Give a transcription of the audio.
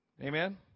Amen